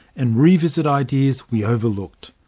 and revisit ideas we overlooked.